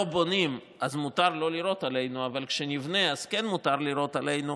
בונים אז מותר לא לירות עלינו אבל כשנבנה אז כן מותר לירות עלינו,